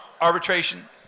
arbitration